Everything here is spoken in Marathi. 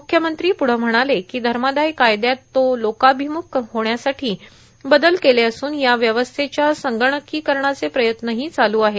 मुख्यमंत्री पुढं म्हणाले कों धमादाय कायद्यात तो लोकाीभमुख होण्यासाठी बदल केले असून या व्यवस्थेच्या संगणकोकरणाचे प्रयत्नहो चालू आहेत